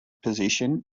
position